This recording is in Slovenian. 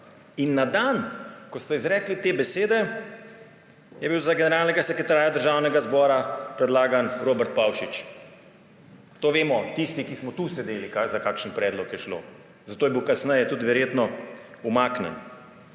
In na dan, ko ste izrekli te besede, je bil za generalnega sekretarja Državnega zbora predlagan Robert Pavšič. To vemo tisti, ki smo tukaj sedeli, za kakšen predlog je šlo, zato je bil kasneje verjetno tudi umaknjen.